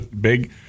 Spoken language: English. big